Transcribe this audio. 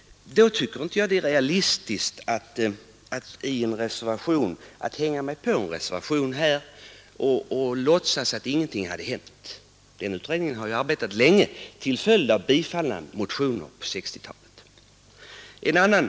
Då tycker jag inte det är realistiskt att hänga på en reservation och låt hänt. Den utredningen har arbetat länge till följd av bifallna motioner på 1960-talet.